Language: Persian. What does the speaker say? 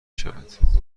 شود